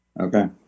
Okay